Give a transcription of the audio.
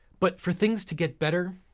but for things to get better,